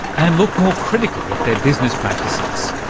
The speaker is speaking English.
and look more critically at their business practices.